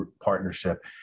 partnership